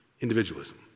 individualism